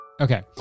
Okay